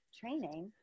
training